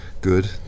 good